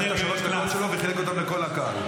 הוא לקח את השלוש דקות שלו וחילק אותן לכל הקהל.